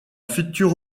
future